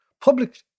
Public